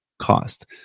cost